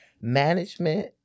management